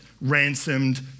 ransomed